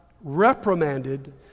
reprimanded